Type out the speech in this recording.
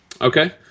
Okay